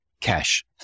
cash